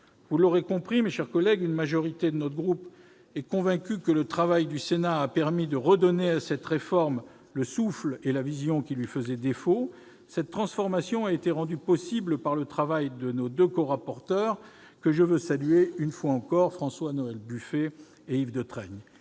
vous l'aurez compris, une majorité de notre groupe est convaincue que le travail du Sénat a permis de redonner à cette réforme le souffle et la vision qui lui faisaient défaut. Cette transformation a été rendue possible par le travail de nos deux corapporteurs, François-Noël Buffet et Yves Détraigne,